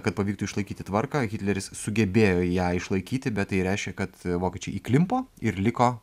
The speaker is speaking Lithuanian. kad pavyktų išlaikyti tvarką hitleris sugebėjo ją išlaikyti bet tai reiškia kad vokiečiai įklimpo ir liko